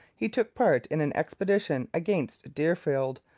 he took part in an expedition against deerfield,